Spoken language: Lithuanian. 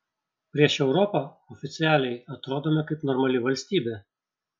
prieš europą oficialiai atrodome kaip normali valstybė